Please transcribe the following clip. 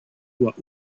what